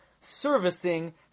servicing